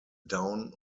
down